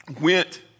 went